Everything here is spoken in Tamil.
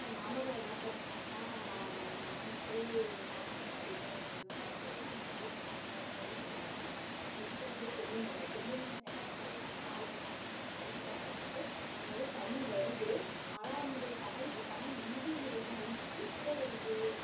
நாமக்கல்லில் என்ன ஃபேமஸுனா நா நாமக்கல் ராமலிங்க அடிகளார் ஃபேமஸாக இருக்குங்க அவங்க மோகனூரில் பிறந்தாங்க நெக்ஸ்ட்டு வந்து கொல்லிமலை கொல்லிமலை ஃபேமஸான என்னென்னா ஆகாய நீர்வீழ்ச்சி ஃபால்ஸ் தான் ஃபேமஸு அங்கே வந்து தண்ணி வருது ஆனால் அந்த ஃபால்ஸ் தண்ணி எங்கே இருந்து வருது எங்கே எப்போது வருது